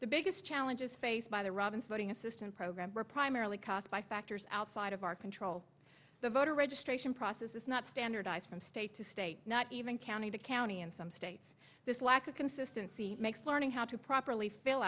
the biggest challenges faced by the robins voting assistance program are primarily caused by factors outside of our control the voter registration process is not standardized from state to state not even county to county and some states this lack of consistency makes learning how to properly fill